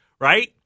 right